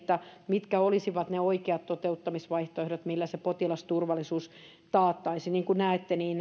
mitkä olisivat ne oikeat toteuttamisvaihtoehdot millä se potilasturvallisuus taattaisiin niin kuin näette